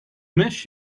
miss